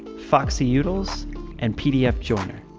foxyutils and pdf joiner.